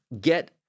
get